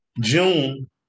June